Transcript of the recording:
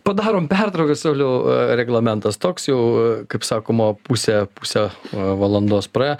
padarom pertrauką sauliau reglamentas toks jau kaip sakoma pusė pusę valandos praėjo